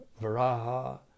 Varaha